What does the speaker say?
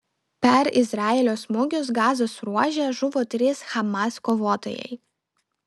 per izraelio smūgius gazos ruože žuvo trys hamas kovotojai